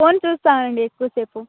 phone చూస్తాను అండి ఎక్కువసేపు